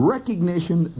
Recognition